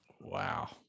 Wow